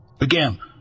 Again